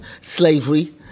slavery